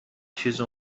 چیزی